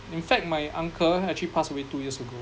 in fact my uncle actually passed away two years ago